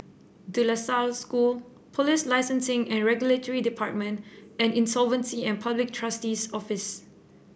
De La Salle School Police Licensing and Regulatory Department and Insolvency and Public Trustee's Office